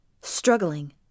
struggling